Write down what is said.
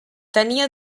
tenia